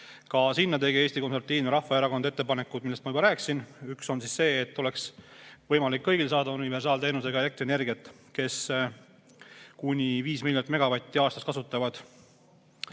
Ka sinna tegi Eesti Konservatiivne Rahvaerakond ettepanekud, millest ma juba rääkisin. Üks on see, et oleks võimalik saada universaalteenusega elektrienergiat kõigil, kes kuni viis miljonit megavatti aastas kasutavad.